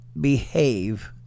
behave